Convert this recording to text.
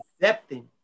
accepting